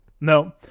no